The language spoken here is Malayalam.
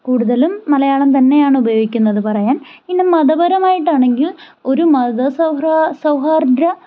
കൂടുതലും മലയാളം തന്നെയാണ് ഉപയോഗിക്കുന്നത് പറയാൻ പിന്നെ മതപരമായിട്ടാണെങ്കിൽ ഒരു മത സൗഹ്ര സൗഹാർദ